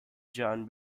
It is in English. john